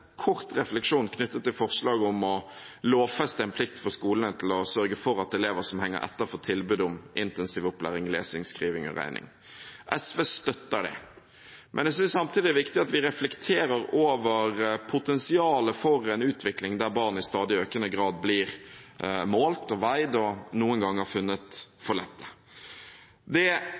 kort refleksjon knyttet til forslaget om å lovfeste en plikt for skolene til å sørge for at elever som henger etter, får tilbud om intensivopplæring i lesing, skriving og regning. SV støtter det, men jeg synes samtidig det er viktig at vi reflekterer over potensialet for en utvikling der barn i stadig økende grad blir målt og veid og noen ganger funnet for lette. Det